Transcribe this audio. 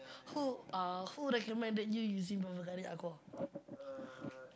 who uh who recommended you using Bvlgari Aqua